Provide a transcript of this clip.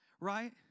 right